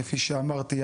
כפי שאמרתי,